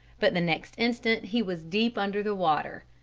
but the next instant he was deep under the water.